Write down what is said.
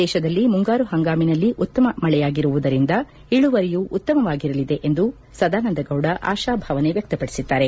ದೇಶದಲ್ಲಿ ಮುಂಗಾರು ಪಂಗಾಮಿನಲ್ಲಿ ಉತ್ತಮ ಮಳೆಯಾಗಿರುವುದರಿಂದ ಇಳುವರಿಯೂ ಉತ್ತಮವಾಗಿರಲಿದೆ ಎಂದು ಸದಾನಂದಗೌಡ ಆಶಾಭಾವನೆ ವ್ಯಕ್ತಪಡಿಸಿದ್ದಾರೆ